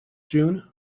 june